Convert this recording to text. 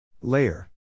Layer